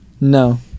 No